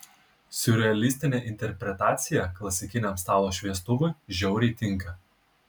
siurrealistinė interpretacija klasikiniam stalo šviestuvui žiauriai tinka